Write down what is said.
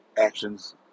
actions